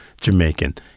Jamaican